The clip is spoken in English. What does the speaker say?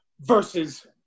versus